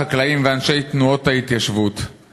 חקלאים ואנשי תנועות ההתיישבות,